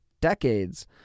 decades